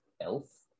elf